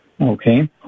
okay